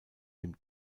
dem